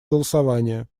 голосования